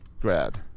grad